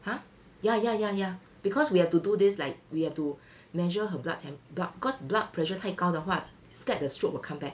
!huh! ya ya ya ya because we have to do this like we have to measure her blood temp~ blood because blood pressure 太高的话 scared the stroke will come back